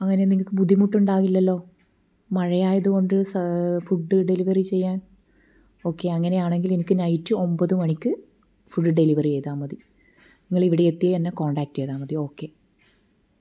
അങ്ങനെ നിങ്ങൾക്ക് ബുദ്ധിമുട്ട് ഉണ്ടാവില്ലല്ലോ മഴയായതുകൊണ്ട് ഫുഡ് ഡെലിവറി ചെയ്യാൻ ഒക്കെ അങ്ങനെയാണെങ്കിൽ എനിക്ക് നൈറ്റ് ഒൻപത് മണിക്ക് ഫുഡ് ഡെലിവറി ചെയ്താൽ മതി നിങ്ങൾ ഇവിടെ എത്തി എന്നെ കോൺടാക്ട് ചെയ്താൽ മതി ഓക്കേ